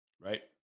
right